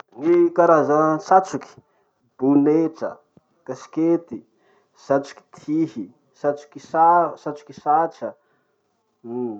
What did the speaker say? Gny karaza satroky: bonetra, kasikety, satroky tihy, satroky sa- satroky satra, uhm.